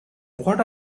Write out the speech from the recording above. what